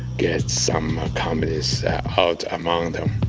get some communists out among them